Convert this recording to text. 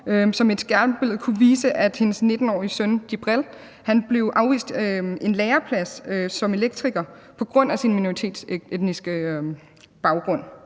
med et skærmbillede kunne vise, at hendes 19-årige søn Jibreel blev afvist til en læreplads som elektriker på grund af sin minoritetsetniske baggrund.